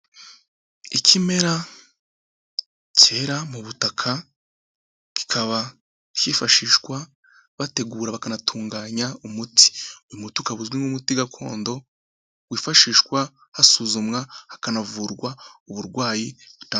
Ikimera cyera mu butaka kikaba cyifashishwa bategura bakanatunganya umuti, uyu muti ukaba uzwi nk'umuti gakondo wifashishwa hasuzumwa hakanavurwa uburwayi.